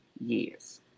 years